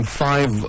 five